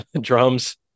drums